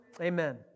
Amen